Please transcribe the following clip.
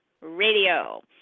Radio